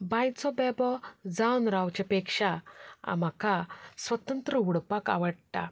बांयचो बेबो जावन रावचे पेक्षा म्हाका स्वतंत्र उडपाक आवडटा